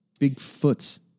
Bigfoots